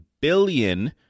billion